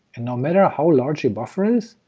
and no matter how large your buffer is,